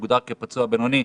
שהוגדר כפצוע בינוני,